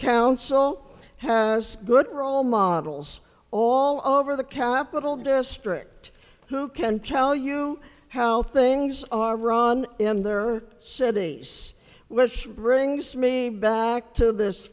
council has good role models all over the capital district who can tell you how things are on in their cities which brings me back to this